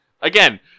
Again